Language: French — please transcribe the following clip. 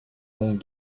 longue